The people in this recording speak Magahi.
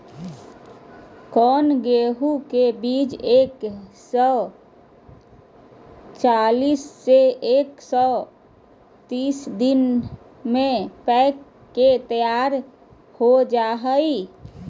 कौन गेंहू के बीज एक सौ पच्चीस से एक सौ तीस दिन में पक के तैयार हो जा हाय?